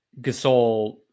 Gasol